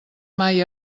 mai